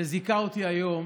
שזיכה אותי היום,